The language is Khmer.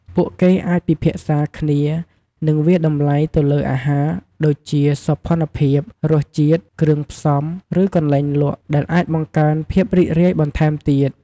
ពួកគេអាចពិភាក្សាគ្នា និងវាយតម្លៃទៅលើអាហារ ដូចជាសោភណភាព រសជាតិ គ្រឿងផ្សំ ឬកន្លែងលក់ ដែលអាចបង្កើនភាពរីករាយបន្ថែមទៀត។